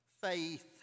Faith